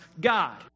God